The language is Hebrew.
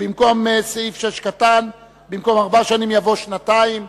במקום "ארבע שנים" יבוא "שנתיים".